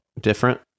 different